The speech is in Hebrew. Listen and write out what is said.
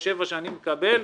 ב-24/7 שאני מקבל,